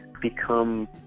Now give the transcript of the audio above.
become